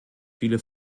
viele